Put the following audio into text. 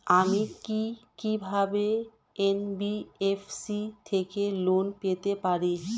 আমি কি কিভাবে এন.বি.এফ.সি থেকে লোন পেতে পারি?